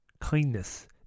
kindness